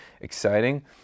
exciting